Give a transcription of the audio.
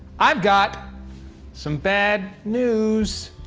i've got some bad news.